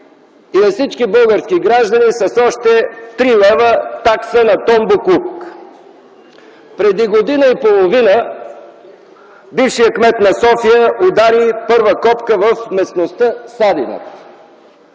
и на всички български граждани с още 3 лв. такса на тон боклук. Преди година и половина бившият кмет на София удари първа копка в местността „Садина”.